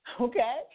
okay